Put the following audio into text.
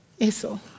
eso